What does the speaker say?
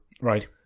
Right